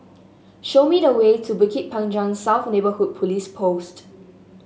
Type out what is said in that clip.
show me the way to Bukit Panjang South Neighbourhood Police Post